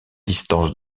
distances